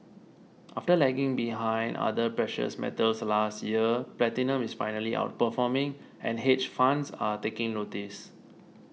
after lagging behind other precious metals last year platinum is finally outperforming and hedge funds are taking notice